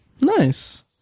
Nice